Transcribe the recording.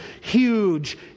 huge